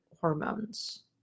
hormones